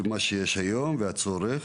על מה שיש היום ועל הצורך.